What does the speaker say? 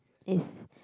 is